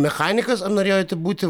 mechanikas ar norėjote būti